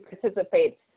participate